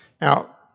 Now